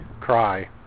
cry